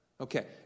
Okay